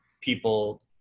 people